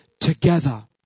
together